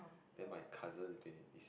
then my cousin is twenty